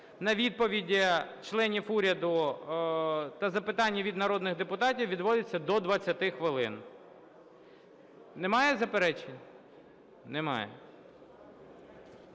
на відповіді членів уряду та запитання від народних депутатів відводиться до 20 хвилин. Немає заперечень? Немає.